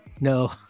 no